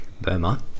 Burma